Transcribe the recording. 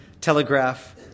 telegraph